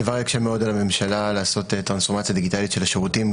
הדבר יקשה מאוד על הממשלה לעשות טרנספורמציה דיגיטלית של השירותים.